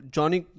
Johnny